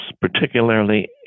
particularly